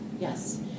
yes